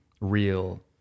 real